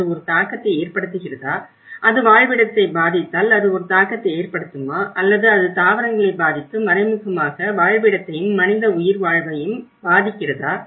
அது ஒரு தாக்கத்தை ஏற்படுத்துகிறதா அது வாழ்விடத்தை பாதித்தால் அது ஒரு தாக்கத்தை ஏற்படுத்துமா அல்லது அது தாவரங்களை பாதித்து மறைமுகமாக வாழ்விடத்தையும் மனித உயிர்வாழ்வையும் பாதிக்கிறதா